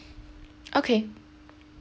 okay